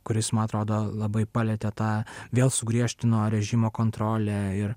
kuris man atrodo labai palietė tą vėl sugriežtino režimo kontrolę ir